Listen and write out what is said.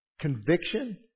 Conviction